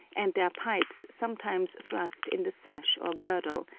and their pipes sometimes thrust in the sash or girdle,